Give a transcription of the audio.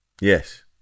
Yes